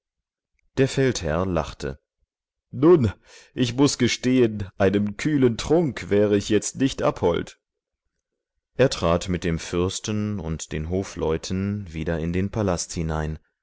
der feldherr lachte nun ich muß gestehen einem kühlen trank wäre ich jetzt nicht abhold er trat mit dem fürsten und den hofleuten wieder in den palast hinein